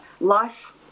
life